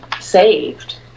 saved